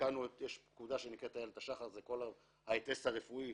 עדכנו את יש פקודה שנקראת "איילת השחר" זה כל ההיטס הרפואי